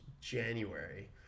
January